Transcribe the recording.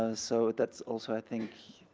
ah so that's also, i think,